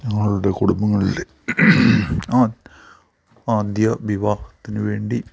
ഞങ്ങളുടെ കുടുംബങ്ങളിൽ ആ ആദ്യ വിവാഹത്തിന് വേണ്ടി